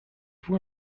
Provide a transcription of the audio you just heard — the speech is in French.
vous